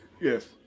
Yes